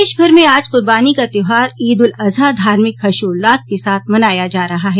देश भर में आज कुर्बानी का त्यौहार ईद उल अजहा धार्मिक हर्षोल्लास के साथ मनाया जा रहा है